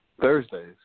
Thursdays